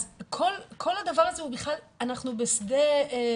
אז בכל הדבר הזה אני לא רוצה להגיד שאנחנו בשדה בור,